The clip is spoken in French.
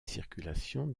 circulations